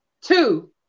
Two